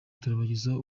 turabagezaho